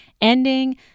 ending